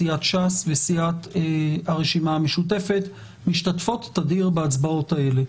סיעת ש"ס וסיעת הרשימה המשותפת משתתפות תדיר בהצבעות האלה.